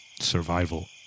Survival